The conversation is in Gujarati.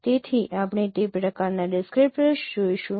તેથી આપણે તે પ્રકારના ડિસક્રીપ્ટર્સ જોઈશું